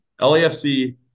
LAFC